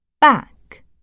Back